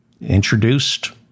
introduced